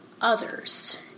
others